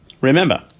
Remember